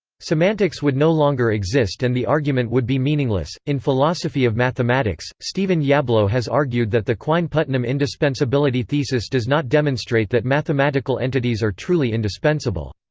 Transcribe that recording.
semantics would no longer exist and the argument would be meaningless in philosophy of mathematics, stephen yablo has argued that the quine-putnam indispensability thesis does not demonstrate that mathematical entities are truly indispensable.